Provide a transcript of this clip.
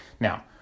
Now